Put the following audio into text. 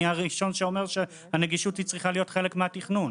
אני הראשון שאומר שהנגישות צריכה להיות חלק מהתכנון.